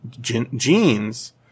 genes